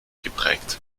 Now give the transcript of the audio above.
geprägt